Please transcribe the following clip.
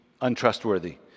untrustworthy